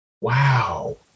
Wow